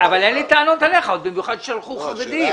במיוחד ששלחו חרדי.